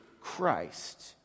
Christ